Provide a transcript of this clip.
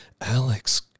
Alex